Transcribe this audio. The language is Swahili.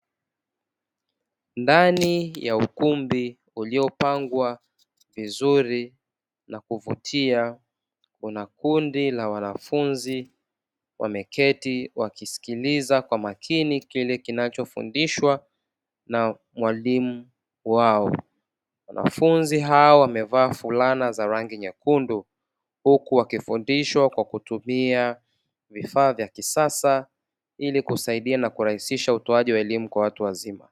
Ndani ya ukumbi uliopangwa vizuri na kuvutia, kuna kundi la wanafunzi wameketi wakisikiliza kwa makini kile kinachofundishwa na mwalimu wao. Wanafunzi hawa wamevaa fulana za rangi nyekundu huku wakifundishwa kwa kutumia vifaa vya kisasa ili kusaidia na kurahisisha utoaji wa elimu kwa watu wazima.